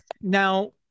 Now